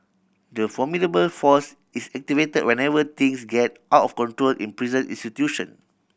the formidable force is activate whenever things get out of control in prison institution